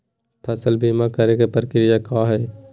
फसल बीमा करे के प्रक्रिया का हई?